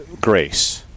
Grace